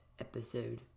episode